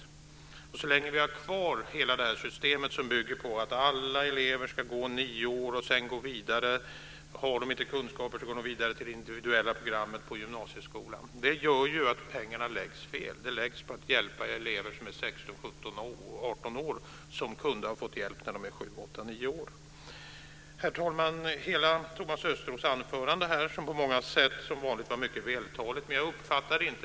Pengarna läggs fel så länge vi har kvar hela det system som bygger på att alla elever ska gå nio år och sedan gå vidare. Har de inte kunskaper går de vidare till individuella programmet på gymnasieskolan. Pengarna läggs på att hjälpa elever som är 16-18 år som kunde ha fått hjälp när de var 7-9 år. Herr talman! Hela Thomas Östros anförande var som vanligt på många sätt mycket vältaligt.